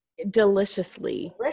deliciously